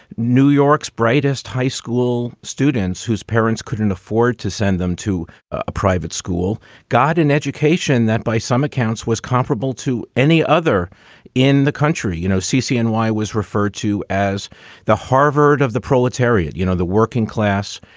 new york's brightest high school students whose parents couldn't afford to send them to a private school got an education that, by some accounts was comparable to any other in the country. you know, ccny was referred to as the harvard of the proletariat. you know, the working class,